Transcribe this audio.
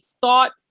thought